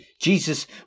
Jesus